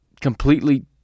completely